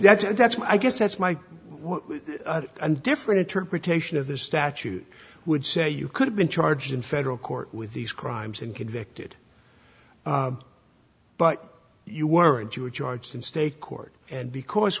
that's and that's my guess that's my and different interpretation of the statute would say you could have been charged in federal court with these crimes and convicted but you weren't you were charged in state court and because